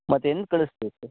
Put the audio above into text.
ಮತ್ತೆ ಹೆಂಗೆ ಕಳ್ಸ್ತಿರಾ ಸರ್